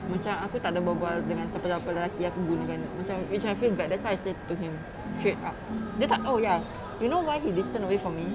macam aku takde berbual dengan siapa-siapa lelaki aku gunakan which which I feel bad that's why I said to him straight up that time oh ya you know why he distant away from me